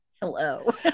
Hello